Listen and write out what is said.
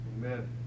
Amen